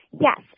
Yes